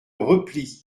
repli